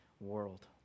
world